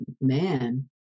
man